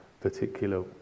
particular